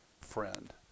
friend